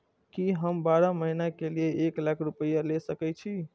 की हम बारह महीना के लिए एक लाख रूपया ले सके छी?